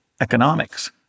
economics